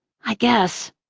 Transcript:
i guess.